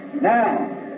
Now